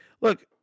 look